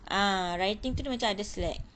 ah writing kita ada macam slack